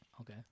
Okay